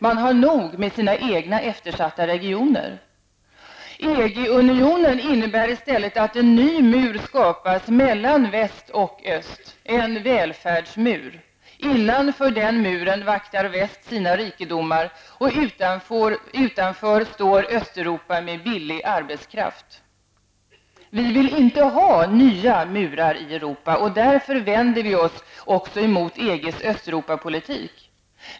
Man har nog med sina egna eftersatta regioner. EG unionen innebär i stället att en ny mur skapas mellan väst och öst -- en välfärdsmur. Innanför den muren vaktar väst sina rikedomar, och utanför står Östeuropa med billig arbetskraft. Vi vill inte ha nya murar i Europa. Därför vänder vi oss också mot EGs Östeuropapolitik.